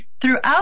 Throughout